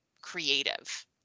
creative